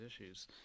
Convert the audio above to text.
issues